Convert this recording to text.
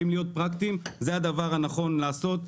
אם להיות פרקטיים, זה הדבר הנכון לעשות.